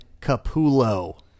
Capullo